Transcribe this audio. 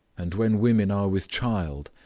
and when women are with child,